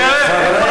תראה.